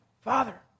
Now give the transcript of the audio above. Father